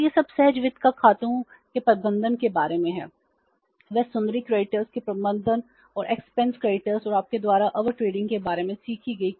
तो यह सब सहज वित्त या खातों के प्रबंधन के बारे में है